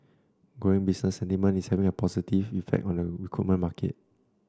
growing business sentiment is having a positive effect on the recruitment market